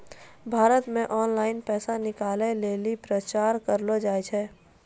भारत मे ऑनलाइन पैसा निकालै लेली प्रचार करलो जाय छै